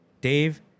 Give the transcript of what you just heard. Dave